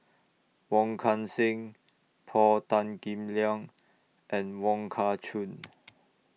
Wong Kan Seng Paul Tan Kim Liang and Wong Kah Chun